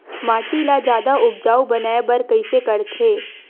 माटी ला जादा उपजाऊ बनाय बर कइसे करथे?